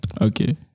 Okay